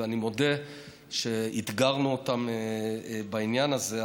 ואני מודה שאתגרנו אותם בעניין הזה,